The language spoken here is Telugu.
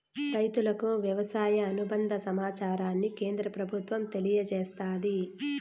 రైతులకు వ్యవసాయ అనుబంద సమాచారాన్ని కేంద్ర ప్రభుత్వం తెలియచేస్తాది